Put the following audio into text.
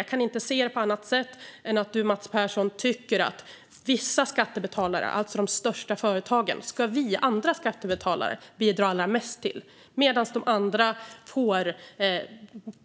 Jag kan inte se det på något annat sätt än att du, Mats Persson, tycker att vissa skattebetalare, alltså de största företagen, ska vi andra skattebetalare bidra allra mest till, medan de andra får